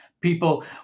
People